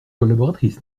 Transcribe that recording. collaboratrice